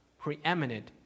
preeminent